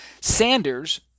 Sanders